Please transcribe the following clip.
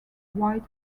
white